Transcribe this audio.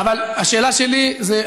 השאלה שלי היא,